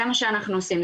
זה מה שאנחנו עושים,